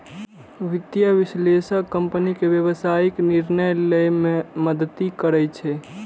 वित्तीय विश्लेषक कंपनी के व्यावसायिक निर्णय लए मे मदति करै छै